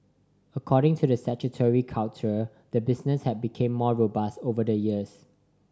according to the sanctuary curator the business has become more robust over the years